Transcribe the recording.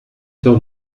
heures